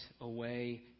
away